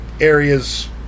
areas